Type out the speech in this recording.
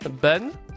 Ben